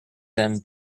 them